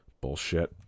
Bullshit